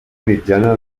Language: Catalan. mitjana